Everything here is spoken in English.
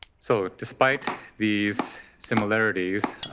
so despite these similarities,